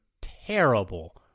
terrible